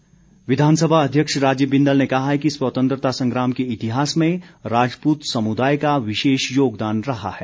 बिंदल विधानसभा अध्यक्ष राजीव बिंदल ने कहा है कि स्वतंत्रता संग्राम के इतिहास में राजपूत समुदाय का विशेष योगदान रहा है